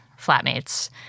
flatmates